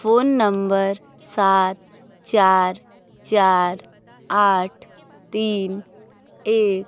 phone number सात चार चार आठ तीन एक